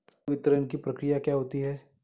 संवितरण की प्रक्रिया क्या होती है?